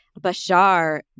Bashar